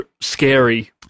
scary